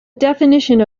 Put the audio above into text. definition